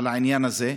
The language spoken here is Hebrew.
על העניין הזה.